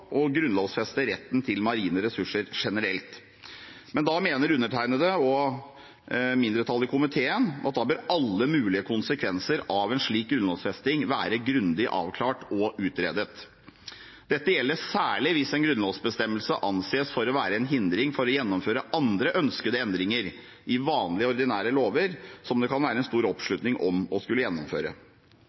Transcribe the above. grunnlovfeste retten til marine ressurser generelt, men undertegnede – og mindretallet i komiteen – mener at da bør alle mulige konsekvenser av en slik grunnlovfesting være grundig avklart og utredet. Dette gjelder særlig hvis en grunnlovsbestemmelse anses for å være en hindring for å gjennomføre ønskede endringer i vanlige lover som det kan være stor oppslutning om å skulle gjennomføre.